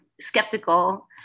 skeptical